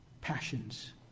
passions